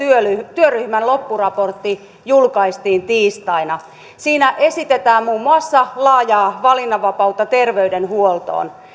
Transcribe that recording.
työryhmän loppuraportti julkaistiin tiistaina siinä esitetään muun muassa laajaa valinnanvapautta terveydenhuoltoon